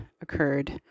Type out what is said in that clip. occurred